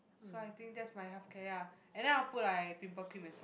so I think that's my healthcare ah and then I'll put like pimple cream and stuff